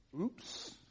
Oops